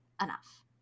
enough